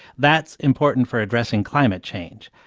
that's important for addressing climate change.